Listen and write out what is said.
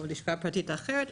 או לשכה פרטית אחרת,